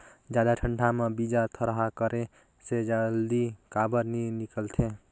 जादा ठंडा म बीजा थरहा करे से जल्दी काबर नी निकलथे?